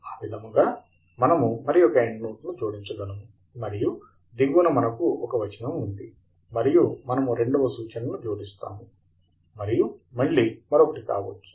ఆవిధముగా మనము మరియొక ఎండ్నోట్ను జోడించగలము మరియు దిగువ మనకు ఒక వచనం ఉంది మరియు మనము రెండవ సూచనను జోడిస్తాము మరియు మళ్ళీ మరొకటి కావచ్చు